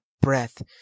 breath